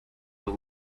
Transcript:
the